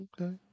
Okay